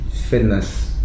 fitness